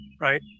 right